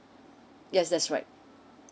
yes that's right